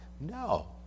No